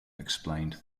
explained